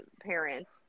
parents